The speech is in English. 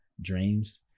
dreams